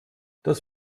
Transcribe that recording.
das